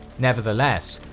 nevertheless,